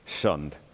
shunned